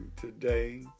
today